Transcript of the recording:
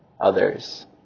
others